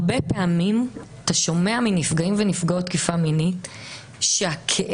הרבה פעמים אתה שומע מנפגעי ונפגעות תקיפה מינית שהכאב,